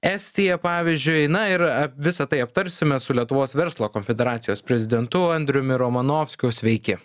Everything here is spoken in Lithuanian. estija pavyzdžiui na ir visa tai aptarsime su lietuvos verslo konfederacijos prezidentu andriumi romanovskiu sveiki